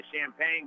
Champagne